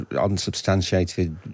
unsubstantiated